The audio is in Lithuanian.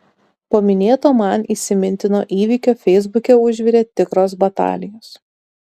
po minėto man įsimintino įvykio feisbuke užvirė tikros batalijos